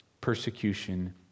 persecution